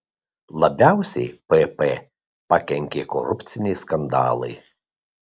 labiausiai pp pakenkė korupciniai skandalai